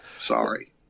Sorry